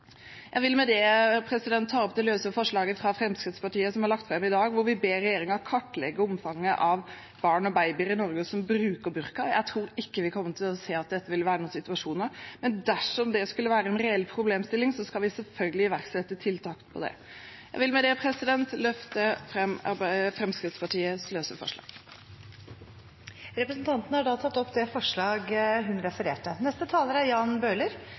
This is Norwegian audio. Jeg vil med det ta opp det løse forslaget fra bl.a. Fremskrittspartiet, som er lagt fram i dag, hvor vi ber regjeringen kartlegge omfanget av bruk av burka for barn og babyer i Norge. Jeg tror ikke vi kommer til å se at det vil være noen situasjon, men dersom det skulle være en reell problemstilling, skal vi selvfølgelig iverksette tiltak med tanke på det. Jeg vil med det løfte fram det løse forslaget fra bl.a. Fremskrittspartiet. Representanten Åshild Bruun-Gundersen har tatt opp det forslaget hun refererte til. Arbeiderpartiet mener det er